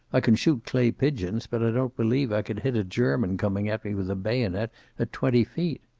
i can shoot clay pigeons, but i don't believe i could hit a german coming at me with a bayonet at twenty feet.